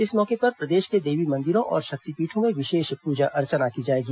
इस मौके पर प्रदेश के देवी मंदिरों और शक्तिपीठों में विशेष प्रजा अर्चना की जाएगी